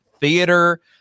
theater